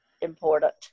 important